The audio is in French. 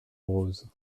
roses